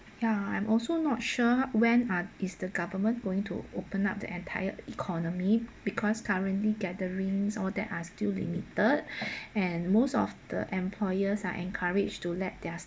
ya I'm also not sure when ah is the government going to open up the entire economy because currently gatherings all that are still limited and most of the employers are encouraged to let their